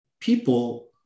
people